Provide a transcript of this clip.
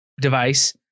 device